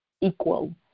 equal